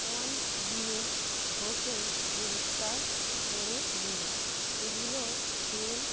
sponge দিয়ে ঘষে পরিষ্কার করে নিই এগুলো তেল